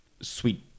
sweet